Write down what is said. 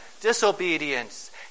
disobedience